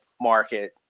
market